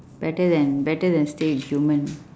better than better than stay with human